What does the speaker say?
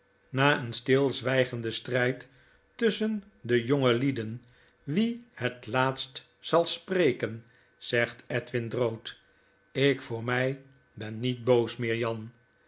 na een stilzwygenden stryd tusschen dejongelieden wie het laatst zal spreken zegt edwin drood ik voor my ben niet boos meer jan